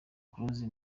close